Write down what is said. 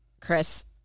Chris